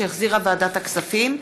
שהחזירה ועדת הכספים.